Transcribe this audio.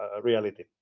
reality